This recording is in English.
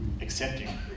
accepting